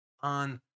on